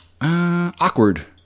awkward